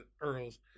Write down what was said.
Earl's